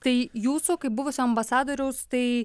tai jūsų kaip buvusio ambasadoriaus tai